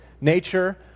nature